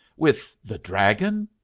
with the dragon?